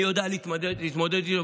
אני אדע להתמודד איתו,